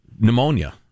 Pneumonia